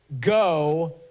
go